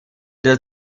der